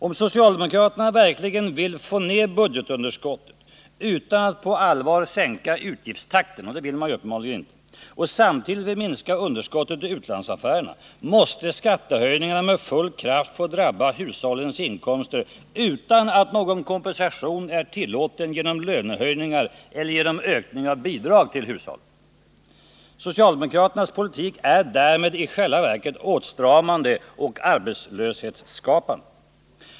Om socialdemokraterna önskar få ner budgetunderskottet men inte på allvar vill sänka utgiftstakten — det vill man uppenbarligen inte — och samtidigt vill minska underskottet i utlandsaffärerna, måste skattehöjningen med full kraft få drabba hushållens inkomster, utan att någon kompensation är tillåten genom lönehöjningar eller genom ökning av bidrag till hushållen. Socialdemokraternas politik är därför i själva verket åtstramande och arbetslöshetsskapande.